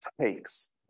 takes